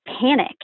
panic